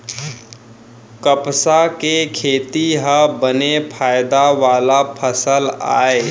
कपसा के खेती ह बने फायदा वाला फसल आय